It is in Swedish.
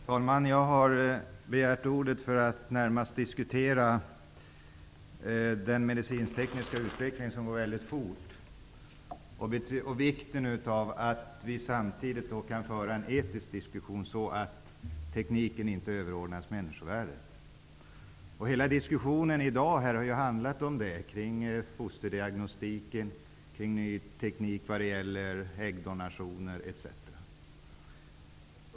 Herr talman! Jag begärde ordet närmast för att diskutera den medicinsk-tekniska utvecklingen, som går väldigt fort, samt vikten av att vi samtidigt kan föra en etisk diskussion på ett sådant sätt att tekniken inte överordnas människovärdet. Hela diskussionen här i dag har ju handlat om fosterdiagnostik, ny teknik vad gäller äggdonationer etc.